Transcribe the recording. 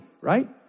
right